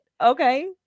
Okay